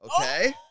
okay